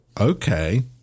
Okay